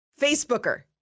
Facebooker